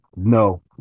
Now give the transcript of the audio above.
No